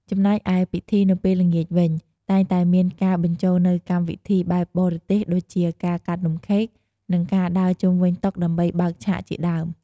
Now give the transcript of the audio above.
ចំណែកឯពិធីនៅពេលល្ងាចវិញ តែងតែមានការបញ្ចូលនូវកម្មវិធីបែបបរទេស ដូចជា ការកាត់នំខេក និងការដើរជុំវិញតុដើម្បីបើកឆាកជាដើម។